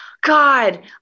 God